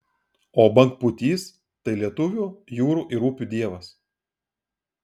o bangpūtys tai lietuvių jūrų ir upių dievas